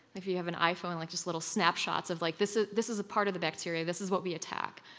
if you have an iphone, like just little snapshots of like, this ah this is a part of the bacteria. this is what we attack.